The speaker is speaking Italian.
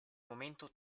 momento